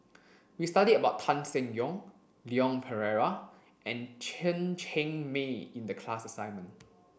we studied about Tan Seng Yong Leon Perera and Chen Cheng Mei in the class assignment